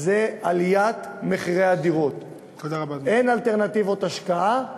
הוא עליית מחירי הדירות, אין אלטרנטיבות השקעה,